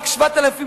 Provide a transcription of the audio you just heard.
רק 7,000 התגיירו.